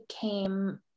came